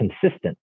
consistent